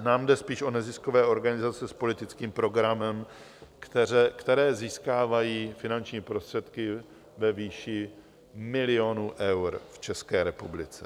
Nám jde spíš o neziskové organizace s politickým programem, které získávají finanční prostředky ve výši milionů eur v České republice.